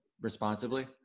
responsibly